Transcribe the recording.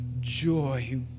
joy